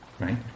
right